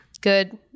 Good